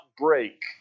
break